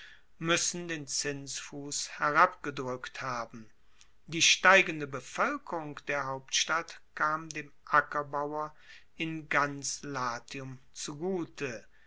muessen den zinsfuss herabgedrueckt haben die steigende bevoelkerung der hauptstadt kam dem ackerbauer in ganz latium zugute